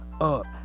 up